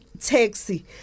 taxi